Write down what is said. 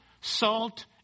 salt